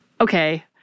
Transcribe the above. okay